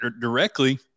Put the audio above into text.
directly